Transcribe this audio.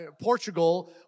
Portugal